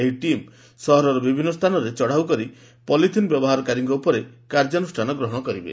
ଏହି ଟିମ୍ ସହରର ବିଭିନ୍ନ ସ୍ଥାନରେ ଚଢ଼ଉ କରି ପଲିଥିନ୍ ବ୍ୟବହାରକାରୀଙ୍କ ଉପରେ କାର୍ଯ୍ୟାନୁଷ୍ଠାନ ଗ୍ରହଶ କରିବେ